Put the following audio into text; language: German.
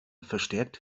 verstärkt